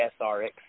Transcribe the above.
SRX